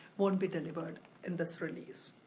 won't be delivered in this release.